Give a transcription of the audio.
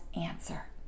answer